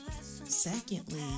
Secondly